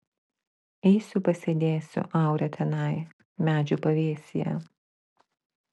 eisiu pasėdėsiu aure tenai medžių pavėsyje